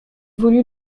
voulu